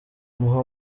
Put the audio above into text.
muhe